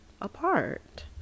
apart